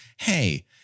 hey